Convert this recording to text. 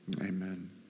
Amen